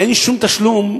אין שום תשלום,